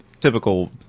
typical